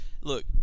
Look